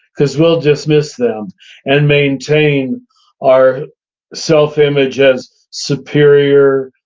because we'll just miss them and maintain our self-image as superior,